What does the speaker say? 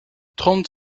trente